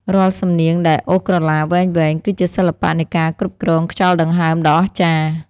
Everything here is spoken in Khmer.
រាល់សំនៀងដែលអូសក្រឡាវែងៗ គឺជាសិល្បៈនៃការគ្រប់គ្រងខ្យល់ដង្ហើមដ៏អស្ចារ្យ។